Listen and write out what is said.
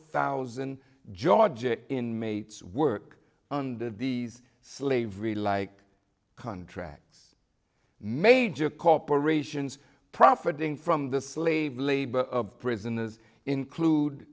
thousand georgia inmates work under these slavery like contracts major corporations profiting from the slave labor of prisoners include